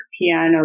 piano